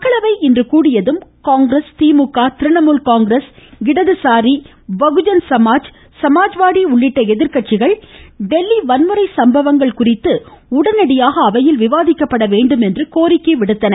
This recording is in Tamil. மக்களவை இன்று கூடியதும் காங்கிரஸ் திமுக திரிணமுல் காங்கிரஸ் இடதுசாரி பகுஜன் சமாஜ் சாமாஜ் வாதி உள்ளிட்ட எதிர் கட்சிகள் டெல்லி வன்முறை சம்பவங்கள் குறித்து உடனடியாக விவாதிக்கப்பட வேண்டுமென்று கோரிக்கை விடுத்தன